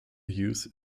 use